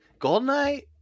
GoldenEye